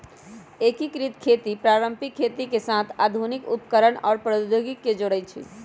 एकीकृत खेती पारंपरिक खेती के साथ आधुनिक उपकरणअउर प्रौधोगोकी के जोरई छई